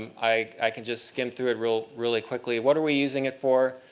i i can just skim through it really really quickly. what are we using it for?